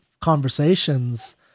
conversations